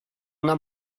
una